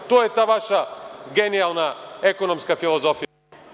To je ta vaša genijalna ekonomska filozofija.